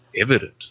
evident